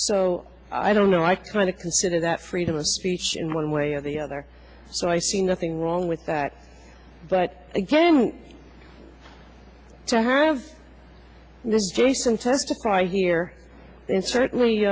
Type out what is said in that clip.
so i don't know i kind of consider that freedom of speech in one way or the other so i see nothing wrong with that but again to have jason testify here and certainly